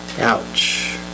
Ouch